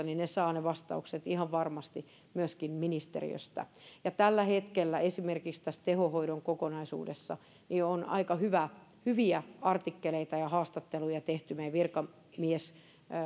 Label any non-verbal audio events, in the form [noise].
[unintelligible] niin ne vastaukset saa ihan varmasti myöskin ministeriöstä ja tällä hetkellä esimerkiksi tässä tehohoidon kokonaisuudessa on aika hyviä artikkeleita ja haastatteluja tehty meidän virkamiesten